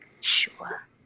Sure